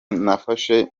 nafashe